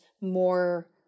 more